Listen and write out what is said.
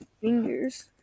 fingers